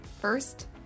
First